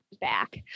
back